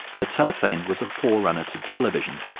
the telefane was a forerunner to television,